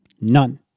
none